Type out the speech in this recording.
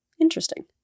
Interesting